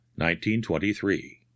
1923